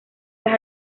las